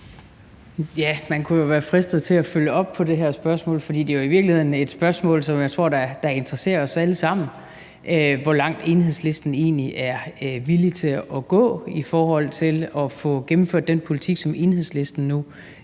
Ja, man kunne jo være fristet til at følge op på det her spørgsmål, for det er jo i virkeligheden et spørgsmål, som jeg tror interesserer os alle sammen, nemlig hvor langt Enhedslisten egentlig er villig til at gå i forhold til at få gennemført den politik, som Enhedslisten nu